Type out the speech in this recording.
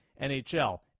NHL